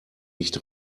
nicht